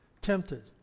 tempted